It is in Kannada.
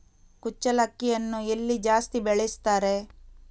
ಕುಚ್ಚಲಕ್ಕಿಯನ್ನು ಎಲ್ಲಿ ಜಾಸ್ತಿ ಬೆಳೆಸ್ತಾರೆ?